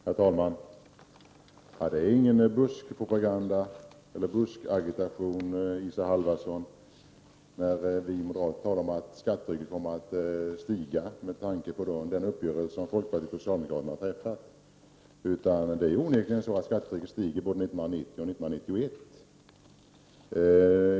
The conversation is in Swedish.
Herr talman! Det är ingen buskpropaganda eller buskagitation när vi moderater talar om att skattetrycket kommer att stiga på grund av den uppgörelse som folkpartiet och socialdemokraterna har träffat. Det är onekligen så att skattetrycket stiger både 1990 och 1991.